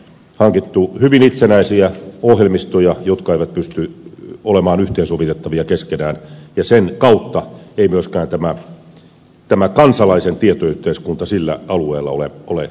on hankittu hyvin itsenäisiä ohjelmistoja jotka eivät pysty olemaan yhteensovitettavia keskenään ja sen kautta ei myöskään tämä kansalaisen tietoyhteiskunta sillä alueella ole toteutunut